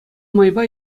майпа